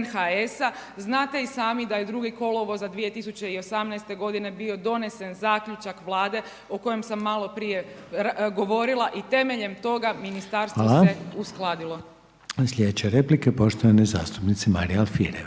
NHS-a. Znate i sami da je 2. kolovoza 2018. godine bio donesen zaključak Vlade o kome sam malo prije govorila i temeljem toga Ministarstvo se uskladilo. **Reiner, Željko (HDZ)** Hvala. Sljedeća replika poštovane zastupnice Marije Alfirev.